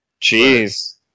Jeez